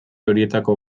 horietako